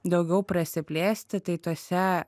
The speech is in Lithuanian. daugiau prasiplėsti tai tuose